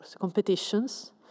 competitions